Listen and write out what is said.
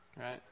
right